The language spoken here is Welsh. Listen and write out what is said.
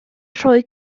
rhoi